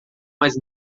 mais